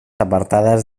apartadas